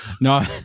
No